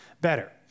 better